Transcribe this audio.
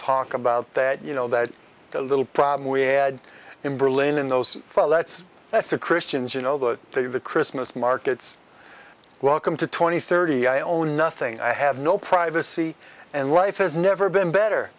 talk about that you know that the little problem we had in berlin in those well that's that's the christians you know that the christmas markets welcome to twenty thirty i own nothing i have no privacy and life has never been better